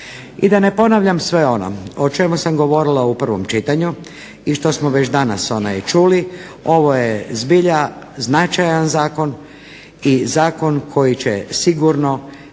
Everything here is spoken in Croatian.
I da ne ponavljam sve ono o čemu sam govorila u prvom čitanju i što smo već danas čuli, ovo je zbilja značajan zakon i zakon koji će sigurno